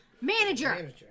Manager